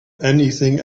anything